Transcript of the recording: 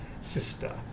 sister